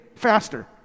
Faster